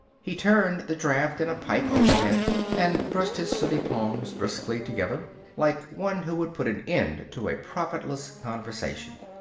he turned the draft in a pipe overhead and brushed his sooty palms briskly together like one who would put an end to a profitless conversation.